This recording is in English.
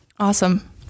Awesome